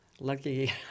Lucky